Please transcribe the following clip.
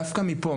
דווקא מפה,